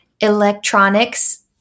electronics